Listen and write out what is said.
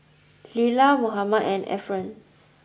Lila Mohammad and Efren